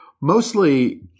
Mostly